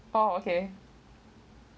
orh okay